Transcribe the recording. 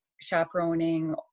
chaperoning